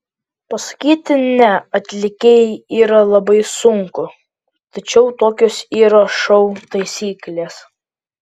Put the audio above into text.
pasakyti ne atlikėjai yra labai sunku tačiau tokios yra šou taisyklės